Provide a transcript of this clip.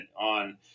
on